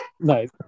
nice